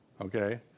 Okay